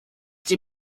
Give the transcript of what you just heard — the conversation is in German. die